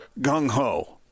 gung-ho